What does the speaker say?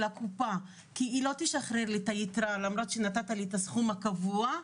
הקופה כי היא לא תשחרר לי את היתרה למרות שנתת לי את הסכום הקבוע,